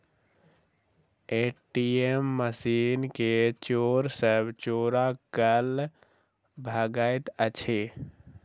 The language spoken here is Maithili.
ए.टी.एम मशीन के चोर सब चोरा क ल भगैत अछि